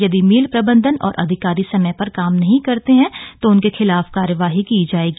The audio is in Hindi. यदि मिल प्रबंधन और अधिकारी समय पर काम नहीं करते है तो उनके खिलाफ कार्रवाई की जाएगी